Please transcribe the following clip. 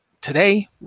today